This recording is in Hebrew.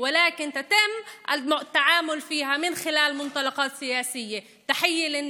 אבל הטיפול בה מתבצע על בסיס הנחות יסוד פוליטיות.